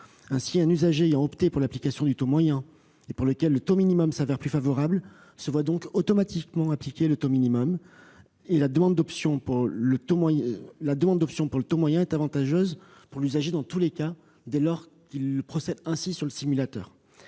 Ainsi, un usager ayant opté pour l'application du taux moyen et pour lequel le taux minimum s'avère plus favorable se voit automatiquement appliquer ce dernier taux. La demande d'option pour le taux moyen est donc avantageuse pour l'usager dans tous les cas, dès lors qu'il procède ainsi sur le simulateur.